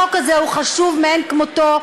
החוק הזה הוא חשוב מאין כמותו,